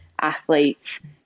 athletes